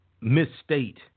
misstate